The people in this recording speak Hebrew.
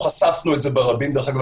חשפנו את זה ברבים ודרך אגב,